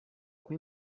com